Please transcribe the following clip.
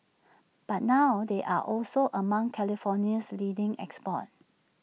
but now they are also among California's leading exports